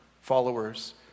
followers